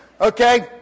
Okay